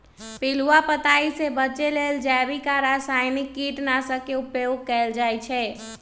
पिलुआ पताइ से बचे लेल जैविक आ रसायनिक कीटनाशक के उपयोग कएल जाइ छै